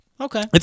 Okay